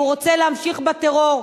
הוא רוצה להמשיך בטרור,